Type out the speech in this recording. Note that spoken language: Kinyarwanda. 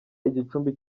igicumbi